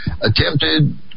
attempted